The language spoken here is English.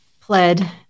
pled